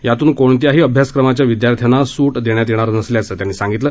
यातून कोणत्याही अभ्यासक्रमाच्या विदयार्थ्याना सूट देण्यात येणार नसल्याचं त्यांनी सांगितलं